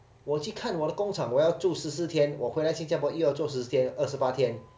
我去看我的工厂我要住十四天我回来新加坡又要做十四天二十八天